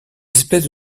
espèces